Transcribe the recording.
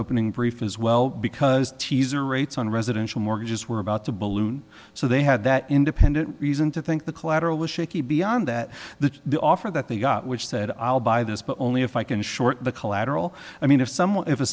opening brief as well because teaser rates on residential mortgages were about to balloon so they had that independent reason to think the collateral was shaky beyond that that the offer that they got which said i'll buy this but only if i can short the collateral i mean if someone if a